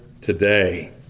today